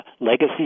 legacy